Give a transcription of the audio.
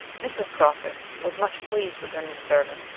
mrs. crawford was much pleased with her new servant,